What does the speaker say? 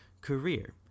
career